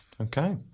Okay